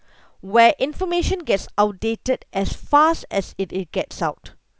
where information gets outdated as fast as it it gets out